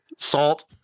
Salt